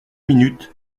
minutes